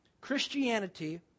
Christianity